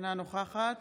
אינה נוכחת